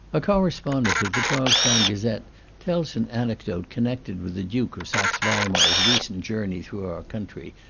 a correspondent of the charlestown gazette tells an anecdote connected with the duke of saxe-weimar's recent journey through our country,